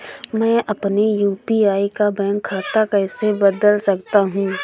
मैं अपने यू.पी.आई का बैंक खाता कैसे बदल सकता हूँ?